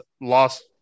Lost